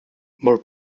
more